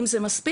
אם זה מספיק?